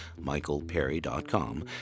michaelperry.com